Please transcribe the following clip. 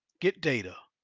get data.